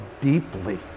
deeply